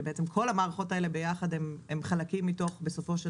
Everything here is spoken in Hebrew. שבעצם כל המערכות ביחד הן חלקים מתוך בסופו של